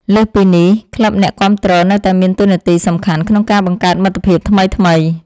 លើសពីនេះ ក្លឹបអ្នកគាំទ្រនៅតែមានតួនាទីសំខាន់ក្នុងការបង្កើតមិត្តភាពថ្មីៗ។